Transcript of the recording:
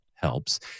helps